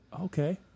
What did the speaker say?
Okay